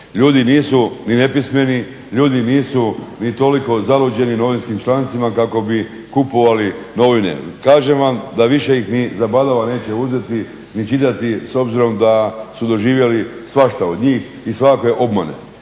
Ljudi nisu ni nepismeni, ljudi nisu ni toliko zaluđeni novinskim člancima kako bi kupovali novine. Kažem vam da više ni ih ni zabadava neće uzeti ni čitati s obzirom da su doživjeli svašta od njih i svakakve obmane.